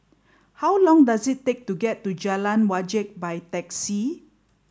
how long does it take to get to Jalan Wajek by taxi